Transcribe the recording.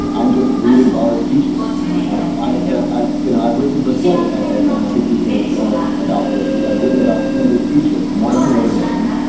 i'm just reading boris speeches. now, i know. i know. i know. i've written for slate. and i think you know about this as i've written about two of his speeches, one to notre dame,